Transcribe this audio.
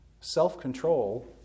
self-control